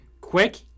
quick